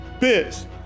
biz